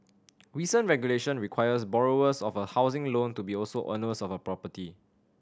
recent regulation requires borrowers of a housing loan to also be owners of a property